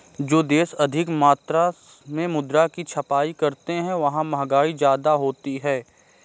जो देश अधिक मात्रा में मुद्रा की छपाई करते हैं वहां महंगाई ज्यादा होती है